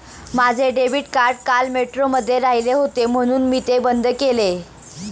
माझे debit card काल मेट्रोमध्ये राहिले होते म्हणून मी ते बंद केले